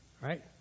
right